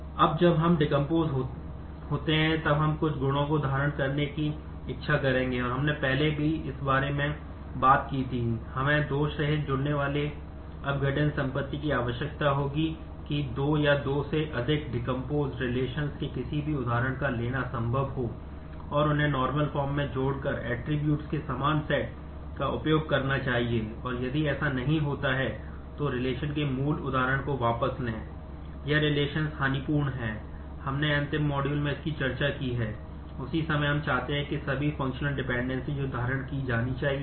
अब जब हम डेकोम्पोस में परीक्षण योग्य हो सकता है